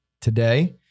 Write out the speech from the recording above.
today